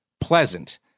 pleasant